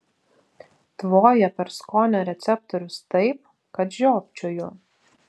tvoja per skonio receptorius taip kad žiopčioju